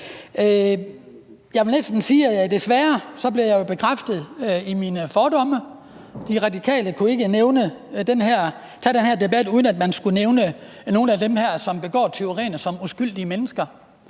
Jeg vil næsten sige, at jeg desværre blev bekræftet i mine fordomme. De Radikale kunne ikke tage den her debat, uden at man skulle benævne nogle af dem, som begår tyverierne, som uskyldige mennesker.